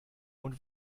und